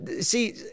See